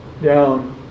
down